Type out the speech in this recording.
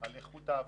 איכות העבודה.